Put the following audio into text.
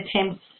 attempts